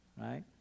right